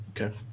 Okay